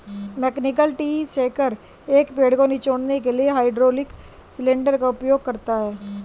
mechanical tree shaker, एक पेड़ को निचोड़ने के लिए हाइड्रोलिक सिलेंडर का उपयोग करता है